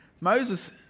Moses